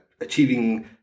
achieving